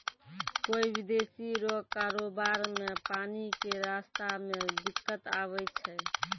कोय विदेशी रो कारोबार मे पानी के रास्ता मे दिक्कत आवै छै